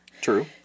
True